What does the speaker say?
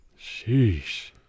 Sheesh